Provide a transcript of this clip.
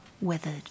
weathered